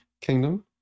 Kingdom